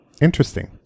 Interesting